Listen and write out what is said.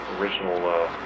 original